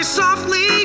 softly